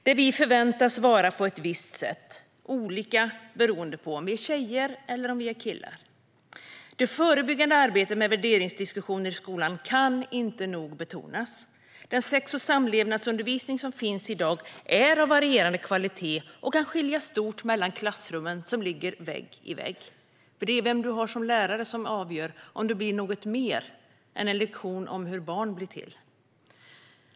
Där förväntas vi vara på ett visst sätt - olika beroende på om vi är tjejer eller killar. Det förebyggande arbetet med värderingsdiskussioner i skolan kan inte nog betonas. Den sex och samlevnadsundervisning som finns i dag är av varierande kvalitet och kan skilja stort mellan klassrum som ligger vägg i vägg. Det är vem du har som lärare som avgör om det blir något mer än bara en lektion om hur barn blir till.